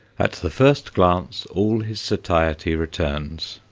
at the first glance all his satiety returns.